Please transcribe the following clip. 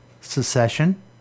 Secession